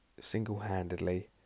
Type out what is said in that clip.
single-handedly